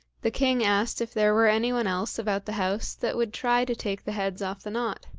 the king asked if there were any one else about the house that would try to take the heads off the knot.